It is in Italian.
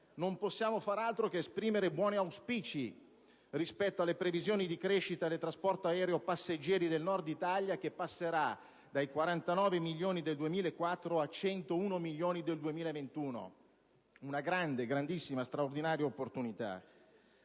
non possiamo far altro che esprimere buoni auspici rispetto alle previsioni di crescita del trasporto aereo passeggeri del Nord Italia, che passerà dai 49 milioni del 2004 a 101 milioni del 2021. Una grande, grandissima, straordinaria opportunità.